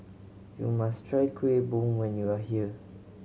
you must try Kueh Bom when you are here